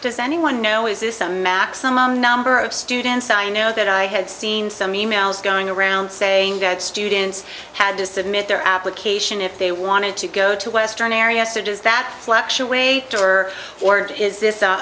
does anyone know is this a maximum number of students i know that i had seen some e mails going around saying that students had to submit their application if they wanted to go to western areas or does that fluctuate her or is this